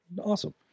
Awesome